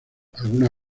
alguna